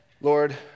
Lord